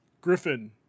Griffin